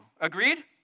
Agreed